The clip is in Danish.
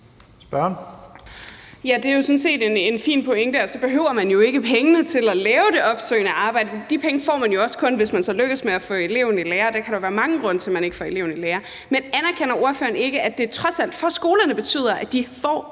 Carøe (SF): Det er sådan set en fin pointe, og så behøver man jo ikke pengene til at lave det opsøgende arbejde. De penge får man jo også kun, hvis man så lykkes med at få eleven i lære, og der kan jo være mange grunde til, at man ikke får eleven i lære. Men anerkender ordføreren ikke, at det trods alt for skolerne betyder, at de får